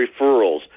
referrals